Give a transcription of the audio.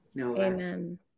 Amen